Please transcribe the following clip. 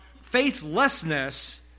faithlessness